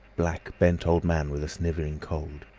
black, bent old man with a snivelling cold.